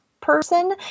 person